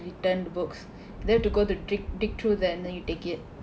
written books there to go to dig dig through that and then you take it